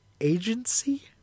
agency